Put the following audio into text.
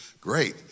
great